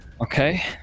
Okay